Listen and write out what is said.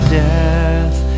death